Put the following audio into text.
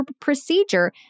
procedure